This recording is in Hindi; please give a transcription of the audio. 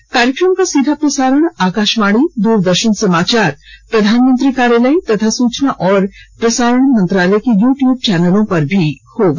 इस कार्यक्रम का सीधा प्रसारण आकाशवाणी दूरदर्शन समाचार प्रधानमंत्री कार्यालय तथा सूचना और प्रसारण मंत्रालय के यू ट्यूब चैनलों पर भी होगा